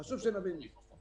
חשוב שנבין את זה.